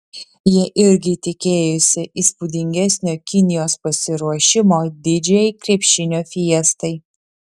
jie irgi tikėjosi įspūdingesnio kinijos pasiruošimo didžiajai krepšinio fiestai